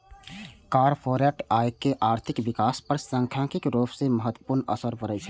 corporate आयकर के आर्थिक विकास पर सांख्यिकीय रूप सं महत्वपूर्ण असर पड़ै छै